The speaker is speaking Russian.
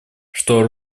что